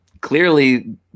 clearly